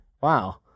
wow